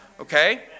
Okay